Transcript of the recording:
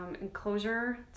enclosure